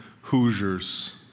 Hoosiers